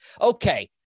Okay